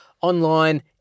online